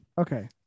Okay